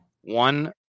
One